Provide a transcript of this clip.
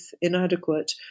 inadequate